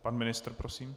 Pan ministr prosím?